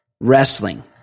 Wrestling